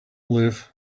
live